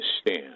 stand